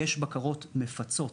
יש בקרות מפצות